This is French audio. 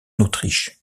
autriche